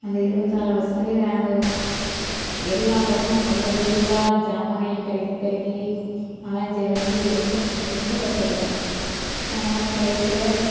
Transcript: அந்த இருபத்தினாலு வருஷத்துலையும் நாங்கள் ஒரு எல்லா பக்கமும் ஒவ்வொரு வீடு வீடாக ஜமானை பெருக்கி பெருக்கி அலைஞ்சு அலைஞ்சு ரொம்ப ரொம்ப கஷ்டப்பட்டோம் அதெல்லாம் கடைசியில்